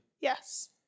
Yes